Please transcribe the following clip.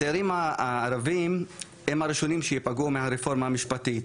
הצעירים הערבים הם הראשונים שייפגעו מהרפורמה המשפטית,